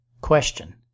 Question